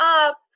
up